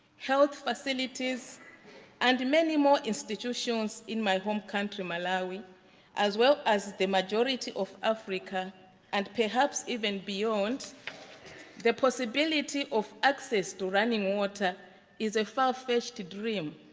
health facilities and many more institutions in my home country malawi as well as the majority of africa and perhaps even beyond the possibility of access to running water is a far first dream.